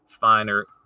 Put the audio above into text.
finer